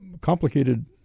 complicated